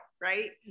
right